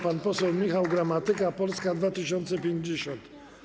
Pan poseł Michał Gramatyka, Polska 2050.